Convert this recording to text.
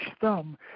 thumb